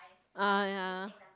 ah ya